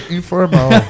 informal